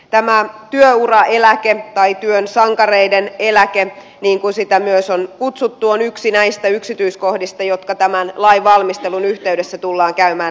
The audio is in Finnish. tämä työuraeläke tai työn sankareiden eläke niin kuin sitä myös on kutsuttu on yksi näistä yksityiskohdista jotka tämän lain valmistelun yhteydessä tullaan käymään läpi